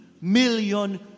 million